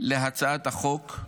להצעת החוק,